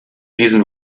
diesen